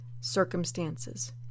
circumstances